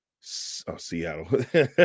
Seattle